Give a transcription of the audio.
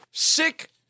Sick